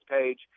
page